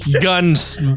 guns